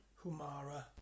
Humara